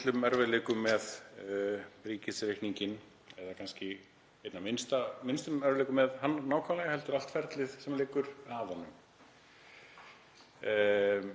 erfiðleikum með ríkisreikninginn — eða kannski einna minnstum erfiðleikum með hann nákvæmlega, heldur allt ferlið sem liggur af honum.